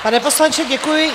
Pane poslanče, děkuji.